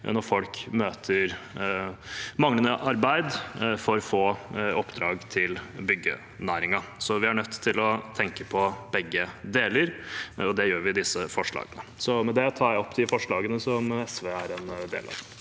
når folk møter manglende arbeid på grunn av for få oppdrag til byggenæringen. Så vi er nødt til å tenke på begge deler, og det gjør vi i disse forslagene. Med det tar jeg opp de forslagene som SV har sammen med